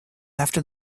after